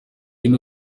ino